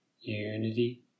Unity